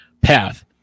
path